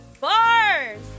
Bars